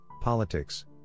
politics